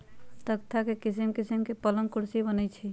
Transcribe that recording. तकख्ता से किशिम किशीम के पलंग कुर्सी बनए छइ